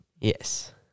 Yes